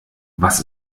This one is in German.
was